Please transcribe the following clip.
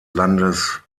landes